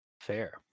Fair